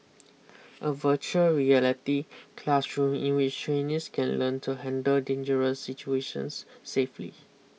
a virtual reality classroom in which trainees can learn to handle dangerous situations safely